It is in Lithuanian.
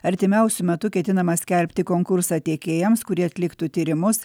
artimiausiu metu ketinama skelbti konkursą tiekėjams kurie atliktų tyrimus